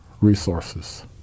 resources